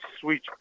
sweet